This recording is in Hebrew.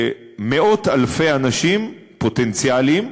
למאות-אלפי אנשים, פוטנציאליים,